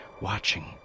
watching